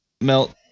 melt